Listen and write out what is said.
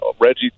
Reggie